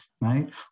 right